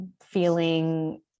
feeling